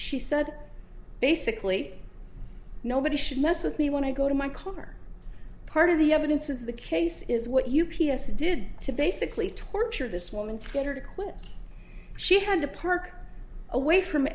she said basically nobody should mess with me when i go to my car part of the evidence is the case is what u k s did to basically torture this woman to get her to quit she had to park away from